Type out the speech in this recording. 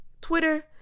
Twitter